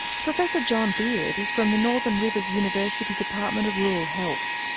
professor john beard is from the northern rivers university department of rural health.